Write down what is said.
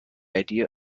idea